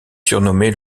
surnommé